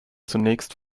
zunächst